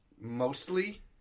mostly